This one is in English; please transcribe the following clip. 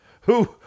Who-